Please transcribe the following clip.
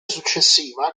successiva